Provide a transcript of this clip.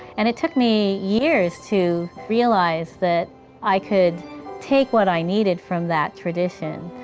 and it took me years to realize that i could take what i needed from that tradition,